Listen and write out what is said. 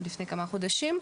לפני כמה חודשים.